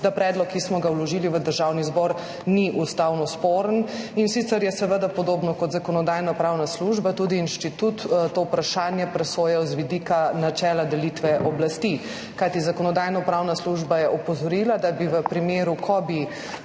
da predlog, ki smo ga vložili v Državni zbor, ni ustavno sporen. In sicer je seveda podobno kot Zakonodajno-pravna služba tudi Inštitut to vprašanje presojal z vidika načela delitve oblasti. Kajti Zakonodajno-pravna služba je opozorila, da bi v primeru, ko bi